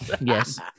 Yes